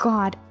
God